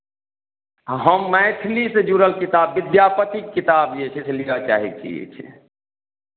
हम मैथिलीसँ जुड़ल किताब विद्यापतिक किताब जे छै से लिअ चाहै छियै जे छै